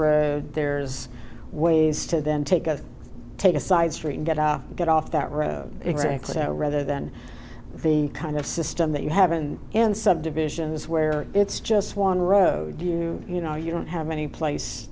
road there's ways to then take a take a side street and get out get off that road exactly rather than the kind of system that you have and in subdivisions where it's just one road you you know you don't have any place